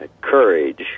courage